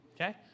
Okay